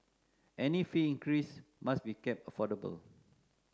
any fee increase must be kept affordable